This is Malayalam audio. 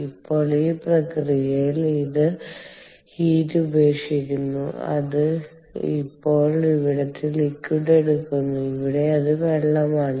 ഇപ്പോൾ ഈ പ്രക്രിയയിൽ ഇത് ഹീറ്റ് ഉപേക്ഷിക്കുന്നു അത് ഇപ്പോൾ ഇവിടത്തെ ലിക്വിഡ് എടുക്കുന്നു ഇവിടെ അത് വെള്ളമാണ്